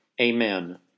Amen